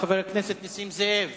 חבר הכנסת נסים זאב.